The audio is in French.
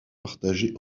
partagé